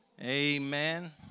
amen